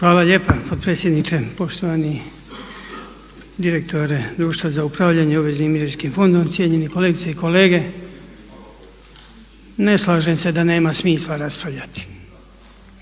Hvala lijepa potpredsjedniče. Poštovani direktore društva za upravljanje obveznim mirovinskim fondom. Cijenjeni kolegice i kolege. Ne slažem se da nema smisla raspravljati.